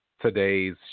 today's